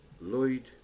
Lloyd